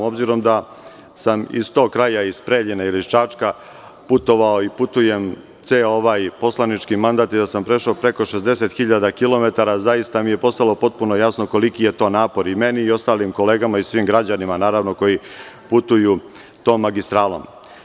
S obzirom da sam iz tog kraja iz Preljine, iz Čačka, putovao i putujem ceo ovaj poslanički mandat i da sam prešao preko 60.000 kilometara zaista mi je postalo potpuno jasno koliki je to napor i meni i ostalim kolegama i svim građanima koji putuju tom magistralom.